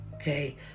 Okay